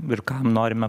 ir kam norime